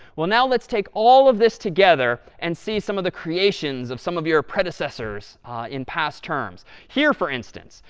well, now let's take all of this together and see some of the creations of some of your predecessors in past terms. here, for instance,